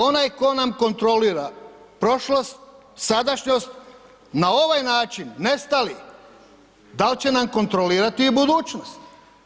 Onaj tko nam kontrolira prošlost, sadašnjost, na ovaj način nestali, dal će nam kontrolirati i budućnost?